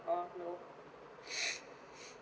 or you know